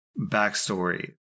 Backstory